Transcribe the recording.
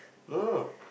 no